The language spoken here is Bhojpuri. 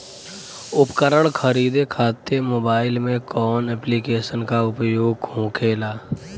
उपकरण खरीदे खाते मोबाइल में कौन ऐप्लिकेशन का उपयोग होखेला?